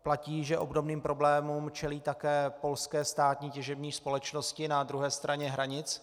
Platí, že obdobným problémům čelí také polské státní těžební společnosti na druhé straně hranic.